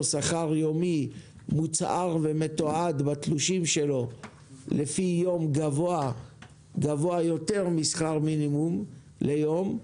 שכר יומי מוצהר ומתועד בתלושים שלו לפי יום גבוה יותר משכר מינימום ליום,